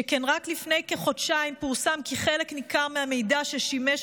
שכן רק לפני כחודשיים פורסם כי חלק ניכר מהמידע ששימש